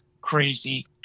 crazy